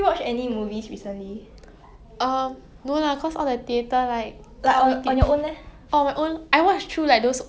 oh okay 因为我不看那种 horror lah 因为我怕我睡不着